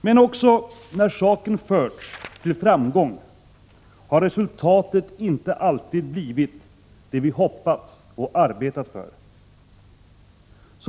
Men inte heller när saken förts till framgång har resultatet alltid blivit det vi hoppats på och arbetat för.